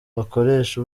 bakoresha